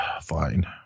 Fine